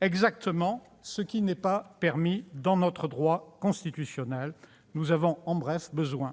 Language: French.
C'est exactement ce que ne permet pas notre droit constitutionnel. Bref, les